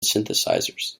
synthesizers